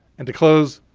and to close,